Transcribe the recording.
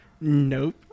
Nope